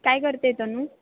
काय करते तनू